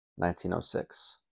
1906